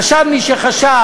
חשב מי שחשב,